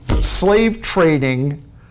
slave-trading